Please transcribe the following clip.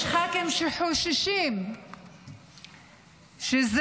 יש ח"כים שחוששים שזה,